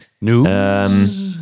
News